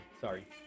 sorry